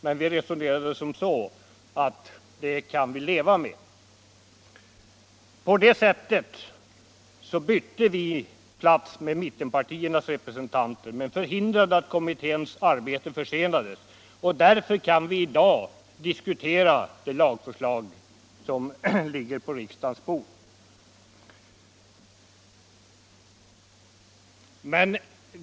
Men vi resonerade som så att det kan vi leva med. På det sättet bytte vi plats med mittenpartiernas representanter men förhindrade att kommitténs arbete försenades. Därför kan vi i dag diskutera det lagförslag som ligger på riksdagens bord.